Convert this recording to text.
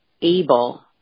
able